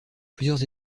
plusieurs